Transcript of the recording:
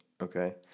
Okay